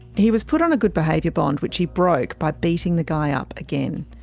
he was put on a good behaviour bond, which he broke by beating the guy up again,